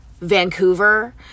Vancouver